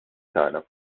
tagħna